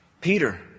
Peter